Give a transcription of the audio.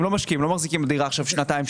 הם לא משקיעים; הם לא מחזיקים בדירה שנתיים-שלוש,